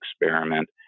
experiment